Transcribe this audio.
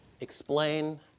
explain